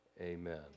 amen